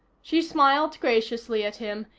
she smiled graciously at him,